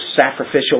sacrificial